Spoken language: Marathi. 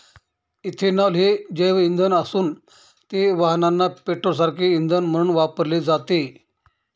इथेनॉल हे जैवइंधन असून ते वाहनांना पेट्रोलसारखे इंधन म्हणून वापरले जाते